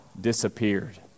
disappeared